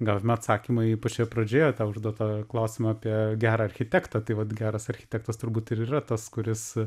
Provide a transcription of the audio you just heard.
gavome atsakymą į pačioje pradžioje gal užduotą klausimą apie gerą architektą tai vat geras architektas turbūt ir yra tas kuris